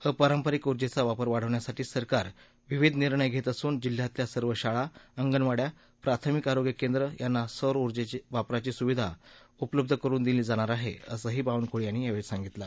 अपांरपारिक उजेंचा वापर वाढवण्यासाठी सरकार विविध निर्णय घेत असुन जिल्हयातल्या सर्व शाळा अंगणवाड़या प्राथमिक आरोग्य केंद्र यांना सौर ऊर्जे वापराची सुविधा उपलब्ध करून दिली जाणार आहे असं बावनकुळे यांनी यावेळी सांगितलं